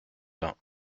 bains